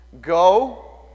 Go